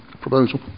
proposal